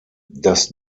das